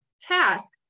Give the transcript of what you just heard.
task